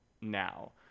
now